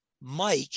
Mike